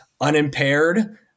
unimpaired